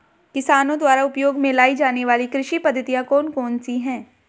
किसानों द्वारा उपयोग में लाई जाने वाली कृषि पद्धतियाँ कौन कौन सी हैं?